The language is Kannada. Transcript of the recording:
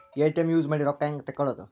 ಎ.ಟಿ.ಎಂ ಯೂಸ್ ಮಾಡಿ ರೊಕ್ಕ ಹೆಂಗೆ ತಕ್ಕೊಳೋದು?